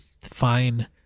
fine